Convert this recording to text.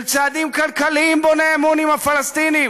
של צעדים כלכליים בוני אמון עם הפלסטינים,